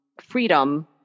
freedom